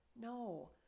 No